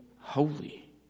holy